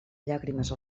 llàgrimes